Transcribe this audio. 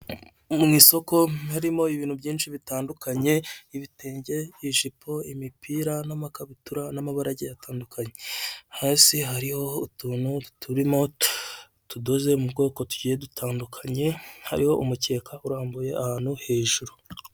Mu isoko harimo ibintu byinshi bitandukanye: ibitenge, ijipo, imipira,n' amakabutura, n'amabara agiye atandukanye ,hasi hariho utuntu turimo tudoze mu bwoko tugiye dutandukanye, hariho umucyeka urambuye ahantu hejuru.